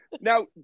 now